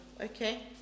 okay